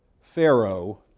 Pharaoh